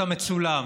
אתה מצולם,